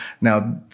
now